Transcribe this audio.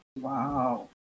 Wow